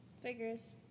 Figures